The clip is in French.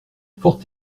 fort